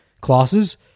classes